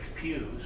pews